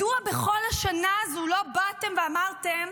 מדוע בכל השנה הזו לא באתם ואמרתם: